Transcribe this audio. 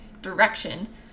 direction